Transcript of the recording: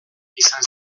izan